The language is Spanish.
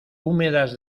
húmedas